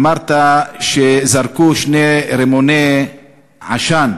אמרת שזרקו שני רימוני עשן